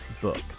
book